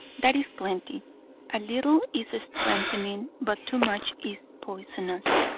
that is plenty a little is strengthening but too much is poisonous.